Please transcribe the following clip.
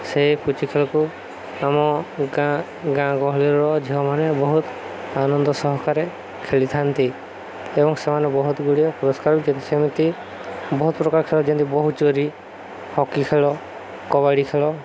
ସେଇ ପୁଚି ଖେଳକୁ ଆମ ଗାଁ ଗାଁ ଗହଳିର ଝିଅମାନେ ବହୁତ ଆନନ୍ଦ ସହକାରେ ଖେଳିଥାନ୍ତି ଏବଂ ସେମାନେ ବହୁତ ଗୁଡ଼ିଏ ପୁରସ୍କାର ସେମିତି ବହୁତ ପ୍ରକାର ଖେଳ ଯେମିତି ବୋହୁ ଚୋରି ହକି ଖେଳ କବାଡ଼ି ଖେଳ